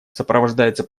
сопровождается